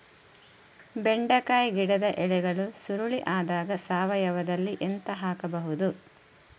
ಬೆಂಡೆ ಗಿಡದ ಎಲೆಗಳು ಸುರುಳಿ ಆದಾಗ ಸಾವಯವದಲ್ಲಿ ಎಂತ ಹಾಕಬಹುದು?